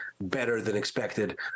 better-than-expected